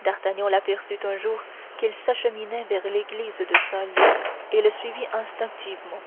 d'artagnan l'aperçut un jour qu'il s'acheminait vers l'église saint-leu et le suivit instinctivement